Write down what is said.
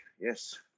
Yes